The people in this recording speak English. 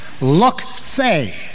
look-say